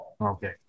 Okay